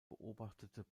beobachtete